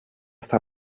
στα